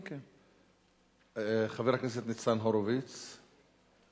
כן כן, חבר הכנסת ניצן הורוביץ הוא